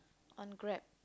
on grab